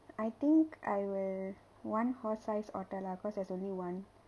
I think I will one horse sized otter lah because there's only one